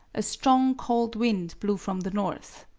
a strong cold wind blew from the north.